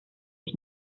ich